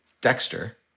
Dexter